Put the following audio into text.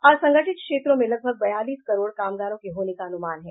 असंगठित क्षेत्रों में लगभग बयालीस करोड़ कामगारों के होने का अनुमान है